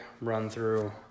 run-through